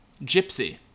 Gypsy